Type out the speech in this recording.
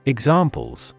Examples